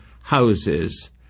houses